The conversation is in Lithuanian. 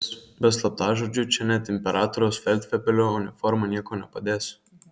be slaptažodžio čia net imperatoriaus feldfebelio uniforma nieko nepadės